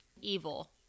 Evil